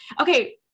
okay